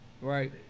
right